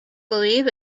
believe